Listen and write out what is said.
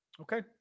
Okay